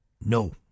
no